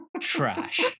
trash